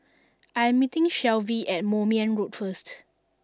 I am meeting Shelvie at Moulmein Road first